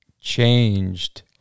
changed